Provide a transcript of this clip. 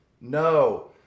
No